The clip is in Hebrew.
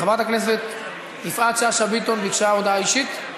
חברת הכנסת יפעת שאשא ביטון ביקשה הודעה אישית.